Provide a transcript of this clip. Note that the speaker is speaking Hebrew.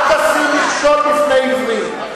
אל תשים מכשול בפני עיוורים.